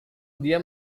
dia